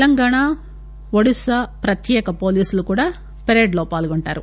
తెలంగాణ ఒడిషా ప్రత్యేక పోలీసులు కూడా పెరెడ్ లో పాల్గొంటారు